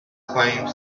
claimed